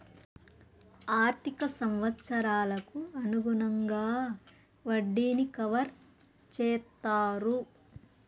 ఆర్థిక సంవత్సరాలకు అనుగుణంగా వడ్డీని కవర్ చేత్తారు